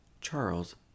Charles